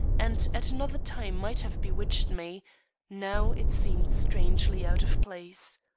and at another time might have bewitched me now it seemed strangely out of place.